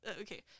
okay